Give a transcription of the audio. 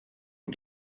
att